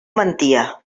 mentia